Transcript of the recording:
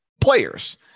players